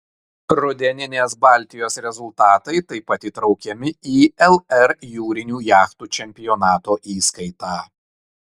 rudeninės baltijos rezultatai taip pat įtraukiami į lr jūrinių jachtų čempionato įskaitą